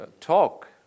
talk